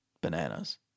bananas